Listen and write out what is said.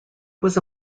was